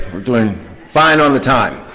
we're doing fine on the time.